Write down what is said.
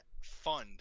fund